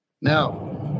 Now